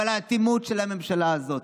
אבל האטימות של הממשלה הזאת,